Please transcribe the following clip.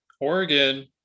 Oregon